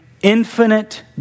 infinite